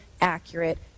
accurate